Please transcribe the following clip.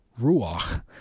ruach